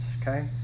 okay